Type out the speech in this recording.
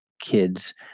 kids